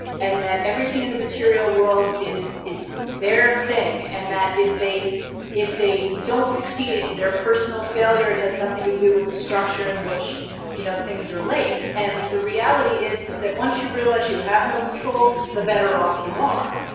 and that everything in the material world is is their thing, and that if they if they don't succeed, it's their personal failure, it has nothing to do with the structure in which you know things are laid. and the reality is is that once you realize you have no control, the better off you are.